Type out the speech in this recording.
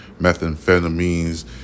methamphetamines